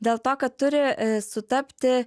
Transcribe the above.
dėl to kad turi sutapti